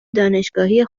دانشگاهی